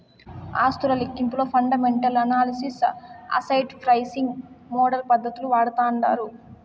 ఆస్తుల లెక్కింపులో fundamental analysis, asset pricing model పద్దతులు వాడతాండారు